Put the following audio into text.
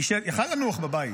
הוא היה יכול לנוח בבית.